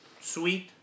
sweet